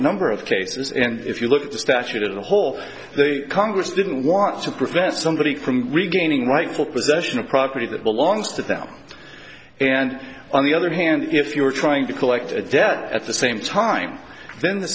number of cases and if you look at the statute in the whole congress didn't want to prevent somebody from regaining rightful possession of property that belongs to them and on the other hand if you were trying to collect a debt at the same time then the